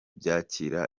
byakira